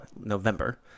November